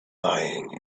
lying